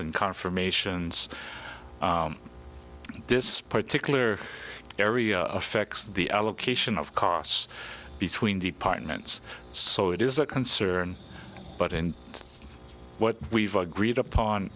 and confirmations this particular area affects the allocation of costs between departments so it is a concern but in what we've agreed upon